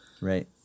Right